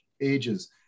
ages